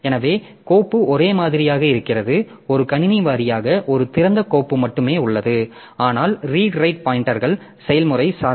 எனவே கோப்பு ஒரே மாதிரியாக இருக்கிறது ஒரு கணினி வாரியாக ஒரு திறந்த கோப்பு மட்டுமே உள்ளது ஆனால் ரீட் ரைட் பாய்ன்டெர்கள் செயல்முறை சார்ந்தவை